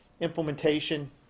implementation